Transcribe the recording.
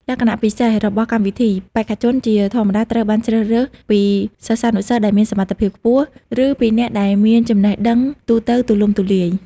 លក្ខណៈពិសេសរបស់កម្មវិធី បេក្ខជនជាធម្មតាត្រូវបានជ្រើសរើសពីសិស្សានុសិស្សដែលមានសមត្ថភាពខ្ពស់ ឬពីអ្នកដែលមានចំណេះដឹងទូទៅទូលំទូលាយ។